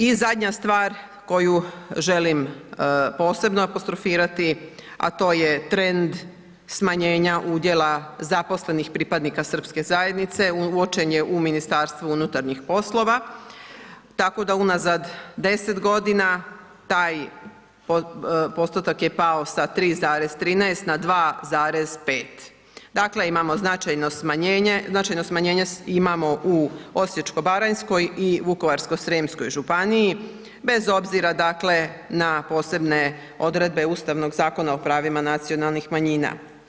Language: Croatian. I zadnja stvar koju želim posebno apostrofirati, a to je trend smanjenja udjela zaposlenih pripadnika srpske zajednice, uočen je u MUP-u, tako da unazad 10.g. taj postotak je pao sa 3,13 na 2,5, dakle, imamo značajno smanjenje, značajno smanjenje imamo u osječko-baranjskoj i vukovarsko-srijemskoj županiji bez obzira, dakle, na posebne odredbe ustavnog zakona o pravima nacionalnih manjina.